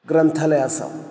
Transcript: ग्रंथालय असावं